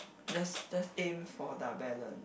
just just aim for the balance